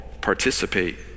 participate